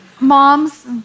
moms